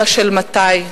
של מתי.